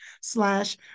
slash